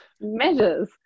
measures